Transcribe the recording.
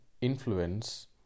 influence